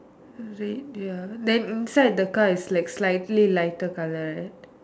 red ya then inside the car is like slightly lighter colour right